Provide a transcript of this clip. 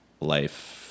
life